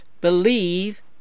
believe